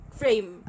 frame